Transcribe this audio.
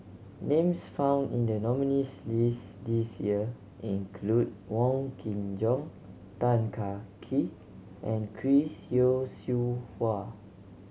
names found in the nominees' list this year include Wong Kin Jong Tan Kah Kee and Chris Yeo Siew Hua